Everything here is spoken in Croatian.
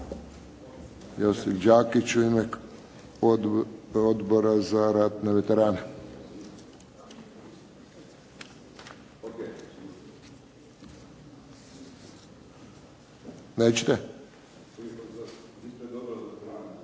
Josip Đakić u ime Odbora za ratne veterane. Nećete?